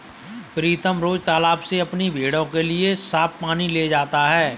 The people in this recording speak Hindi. प्रीतम रोज तालाब से अपनी भेड़ों के लिए साफ पानी ले जाता है